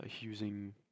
using